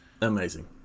Amazing